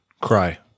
Cry